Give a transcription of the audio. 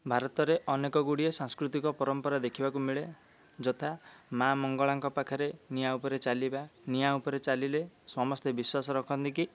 ଭାରତରେ ଅନେକ ଗୁଡ଼ିଏ ସାଂସ୍କୃତିକ ପରମ୍ପରା ଦେଖିବାକୁ ମିଳେ ଯଥା ମା ମଙ୍ଗଳାଙ୍କ ପାଖରେ ନିଆଁ ଉପରେ ଚାଲିବା ନିଆଁ ଉପରେ ଚାଲିଲେ ସମସ୍ତେ ବିଶ୍ଵାସ ରଖନ୍ତି କି